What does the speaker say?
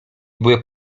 były